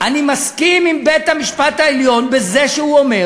אני מסכים עם בית-המשפט העליון בזה שהוא אומר: